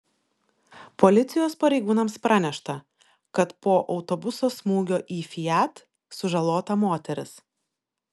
policijos pareigūnams pranešta kad po autobuso smūgio į fiat sužalota moteris